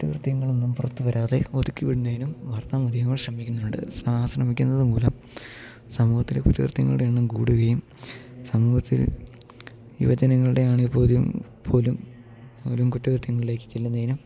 കുറ്റകൃത്യങ്ങളൊന്നും പുറത്ത് വരാതെ ഒതുക്കി വിടുന്നതിനും വാർത്ത മധ്യങ്ങൾ ശ്രമിക്കുന്നുണ്ട് ശ്രമിക്കുന്നത് മൂലം സമൂഹത്തിലെ കുറ്റകൃത്യങ്ങളുടെ എണ്ണം കൂടുകേം സമൂഹത്തിൽ യുവജനങ്ങളുടെ ആണേൽ പോലും പോലും ആരും കുറ്റകൃത്യങ്ങളിലേക്ക് ചെല്ലുന്നതിനും